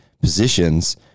positions